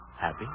Happy